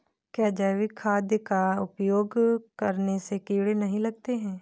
क्या जैविक खाद का उपयोग करने से कीड़े नहीं लगते हैं?